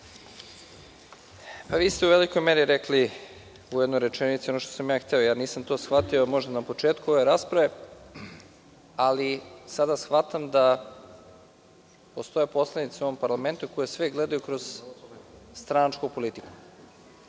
Vi ste u velikoj meri rekli u jednoj rečenici ono što sam ja hteo. Ja to nisam shvatio možda na početku ove rasprave, ali sada shvatam da postoje poslanici u ovom parlamentu koji sve gledaju kroz stranačku politiku.